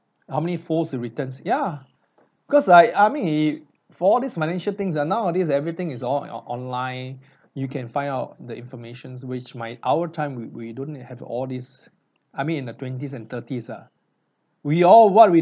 how many folds of returns ya cause I I mean if for all this financial things ah nowadays everything is all online you can find out the information which my our time we we don't have all these I mean in the twenties and thirties ah we all what we